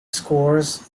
scores